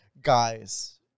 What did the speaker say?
Guys